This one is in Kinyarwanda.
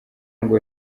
ngo